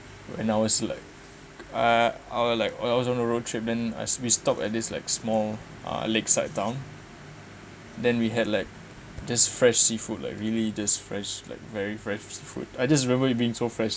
and I was like uh I were like while I was on a road trip then I we stop at this like small uh lakeside town then we had like just fresh seafood like really just fresh like very fresh food I just remember it being so fresh